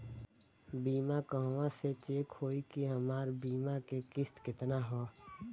बीमा कहवा से चेक होयी की हमार बीमा के किस्त केतना ह?